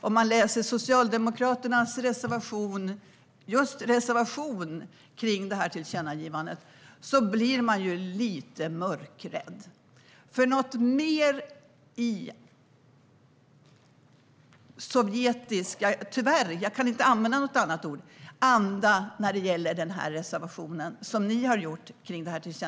Om man läser Socialdemokraternas reservation - just reservation - kring det här tillkännagivandet blir man självklart lite mörkrädd. En mer sovjetisk - tyvärr kan jag inte använda något annat ord - anda får man leta efter.